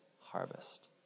harvest